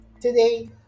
Today